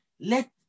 let